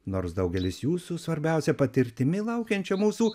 nors daugelis jūsų svarbiausia patirtimi laukiančia mūsų